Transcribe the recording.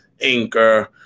Anchor